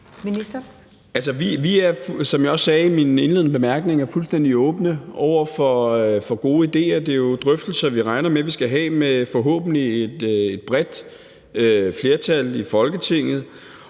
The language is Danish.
Vi er, som jeg også sagde i mine indledende bemærkninger, fuldstændig åbne over for gode idéer. Det er jo drøftelser, som vi regner med vi skal have med forhåbentlig et bredt flertal i Folketinget.